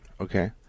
Okay